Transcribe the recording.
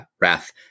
Wrath